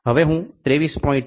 હવે હુ 23